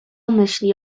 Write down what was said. myśli